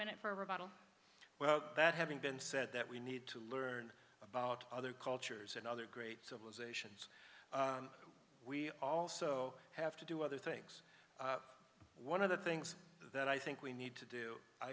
rebuttal well that having been said that we need to learn about other cultures and other great civilizations we also have to do other things one of the things that i think we need to do i